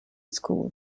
school